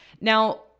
Now